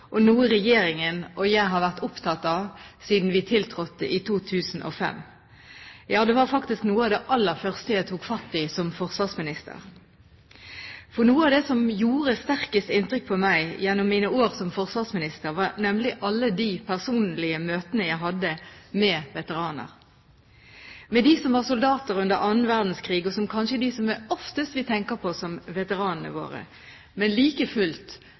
og noe regjeringen og jeg har vært opptatt av siden vi tiltrådte i 2005. Ja, det var faktisk noe av det aller første jeg tok fatt i som forsvarsminister. Noe av det som gjorde sterkest inntrykk på meg gjennom mine år som forsvarsminister, var alle de personlige møtene jeg hadde med veteraner – med dem som var soldater under annen verdenskrig, og som kanskje er dem vi oftest tenker på som veteranene våre – men like fullt